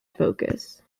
focus